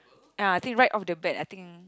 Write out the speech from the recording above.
uh think right off the bat I think